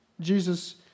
Jesus